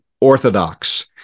Orthodox